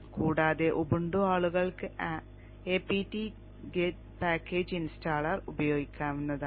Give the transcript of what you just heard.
കൂടാതെ ഉബുണ്ടു ആളുകൾക്ക് apt get package installer ഉപയോഗിക്കാവുന്നതാണ്